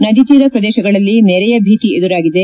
ನದಿ ತೀರ ಪ್ರದೇಶಗಳಲ್ಲಿ ನೆರೆಯ ಭೀತಿ ಎದುರಾಗಿದೆ